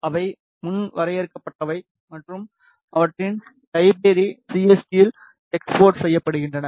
அவை முன் வரையறுக்கப்பட்டவை மற்றும் அவற்றின் லைஃப்பெரி சிஎஸ்டியில் எஸ்போர்ட் செய்யப்படுகின்றன